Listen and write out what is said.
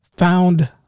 found